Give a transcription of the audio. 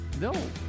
No